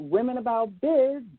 WomenAboutBiz